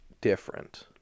different